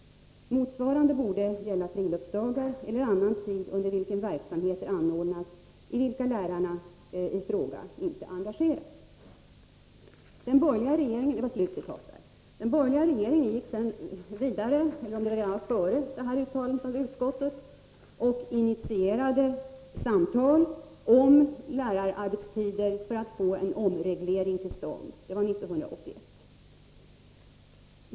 Motsvarande bör gälla friluftsdagar eller annan tid under vilken verksamheter anordnas i vilka lärarna ifråga inte engageras.” Den borgerliga regeringen gick vidare — det kan ha skett redan före detta uttalande av utskottet — och initierade samtal om lärarnas arbetstider för att få en omreglering till stånd. Det var 1981.